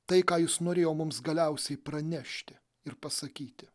tai ką jis norėjo mums galiausiai pranešti ir pasakyti